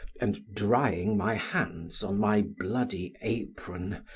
and, drying my hands on my bloody apron,